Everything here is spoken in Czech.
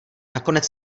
nakonec